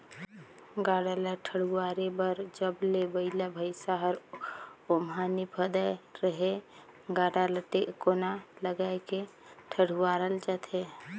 गाड़ा ल ठडुवारे बर जब ले बइला भइसा हर ओमहा नी फदाय रहेए गाड़ा ल टेकोना लगाय के ठडुवारल जाथे